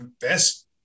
best